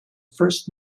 first